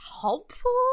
helpful